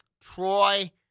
Troy